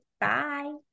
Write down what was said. Bye